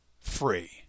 free